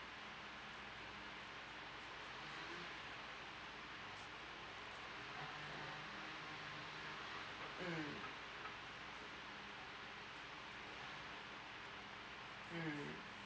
mm mm